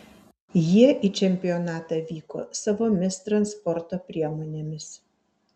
jie į čempionatą vyko savomis transporto priemonėmis